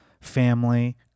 family